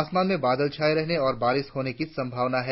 आसमान में बादल छाये रहने और बारिस होने की संभावना है